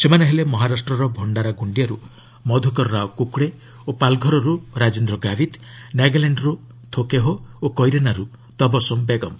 ସେମାନେ ହେଲେ ମହାରାଷ୍ଟ୍ରର ଭକ୍ଷାରାଗୋଷ୍ଠିଆରୁ ମଧୁକର ରାଓ କୁକଡେ ଓ ପାଲ୍ଘରରୁ ରାଜେନ୍ଦ୍ର ଗାବିତ୍ ନାଗାଲ୍ୟାଣ୍ଡରୁ ଥୋକେହୋ କଇରାନାରୁ ତବସୁମ୍ ବେଗମ୍